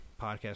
podcast